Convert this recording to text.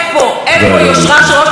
היום זה הנשים הללו,